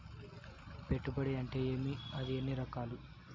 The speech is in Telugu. పెట్టుబడి అంటే ఏమి అది ఎన్ని రకాలు